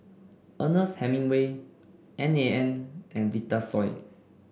Ernest Hemingway N A N and Vitasoy